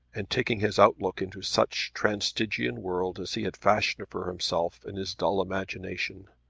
and taking his outlook into such transtygian world as he had fashioned for himself in his dull imagination.